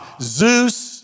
Zeus